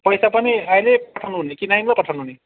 पैसा पनि अहिले पठाउनु हुने कि नानीलाई पठाउनुहने